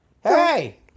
hey